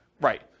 Right